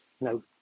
No